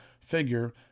figure